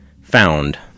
found